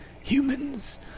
humans